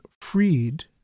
freed